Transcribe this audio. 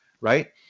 right